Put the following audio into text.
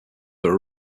there